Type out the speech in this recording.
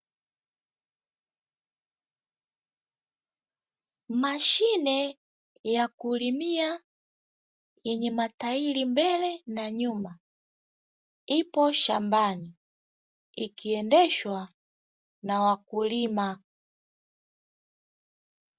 Mashine ya kulimia yenye matairi mbele, na nyum ipo shambani ikiendeshwa na wakulima.